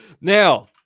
Now